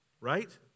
right